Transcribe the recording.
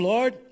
Lord